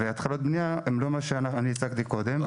והתחלות בנייה הן לא מה שאני הצגתי קודם.